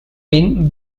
been